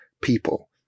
people